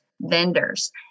vendors